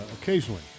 occasionally